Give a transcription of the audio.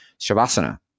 shavasana